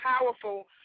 powerful